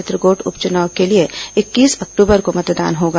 चित्रकोट उप चुनाव के लिए इक्कीस अक्टबर को मतदान होगा